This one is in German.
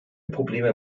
probleme